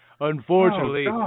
Unfortunately